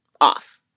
off